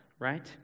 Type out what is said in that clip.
right